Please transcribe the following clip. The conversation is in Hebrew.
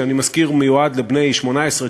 שאני מזכיר שהוא מיועד לבני 18,